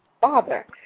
father